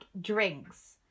drinks